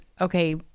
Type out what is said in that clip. okay